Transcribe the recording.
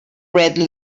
red